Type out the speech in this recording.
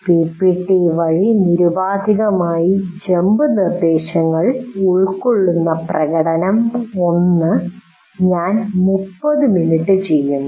PPT വഴി നിരുപാധികമായ jump നിർദ്ദേശങ്ങൾ ഉൾക്കൊള്ളുന്ന പ്രകടനം 1 ഞാൻ 30 മിനിറ്റ് ചെയ്യുന്നു